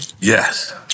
yes